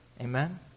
Amen